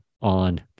on